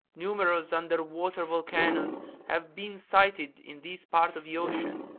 numerous underwater volcanoes have been sighted in this part of the ocean,